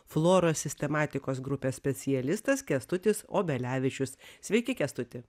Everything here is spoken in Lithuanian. floros sistematikos grupės specialistas kęstutis obelevičius sveiki kęstuti